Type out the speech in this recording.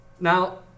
Now